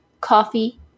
coffee